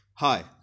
Hi